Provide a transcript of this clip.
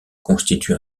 constitue